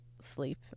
sleep